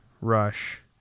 rush